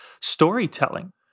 storytelling